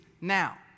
Now